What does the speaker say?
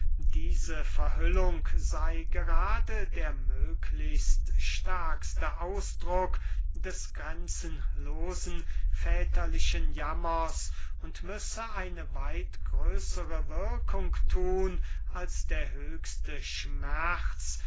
diese verhüllung sey gerade der möglichst stärkste ausdruck des grenzenlosen väterlichen jammers und müsse eine weit größere wirkung thun als der höchste schmerz